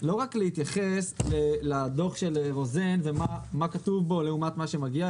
לא רק להתייחס לדוח של רוזן ולמה שכתוב בו לעומת מה שמגיע,